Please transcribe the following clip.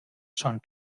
schon